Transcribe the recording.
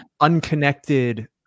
unconnected